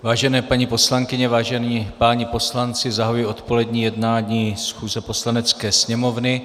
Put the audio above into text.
Vážené paní poslankyně, vážení páni poslanci, zahajuji odpolední jednání schůze Poslanecké sněmovny.